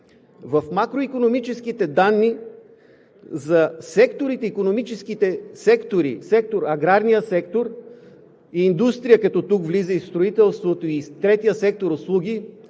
В макроикономическите данни за икономическите сектори – аграрния сектор, индустрия, като тук влиза и строителството, и третия сектор „услуги“,